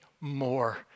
more